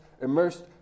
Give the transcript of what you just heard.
immersed